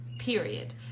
period